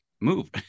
move